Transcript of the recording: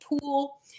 pool